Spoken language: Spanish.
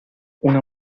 una